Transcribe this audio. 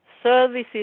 services